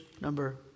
number